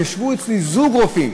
ישבו אצלי זוג רופאים,